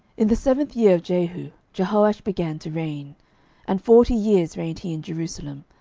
in the seventh year of jehu jehoash began to reign and forty years reigned he in jerusalem.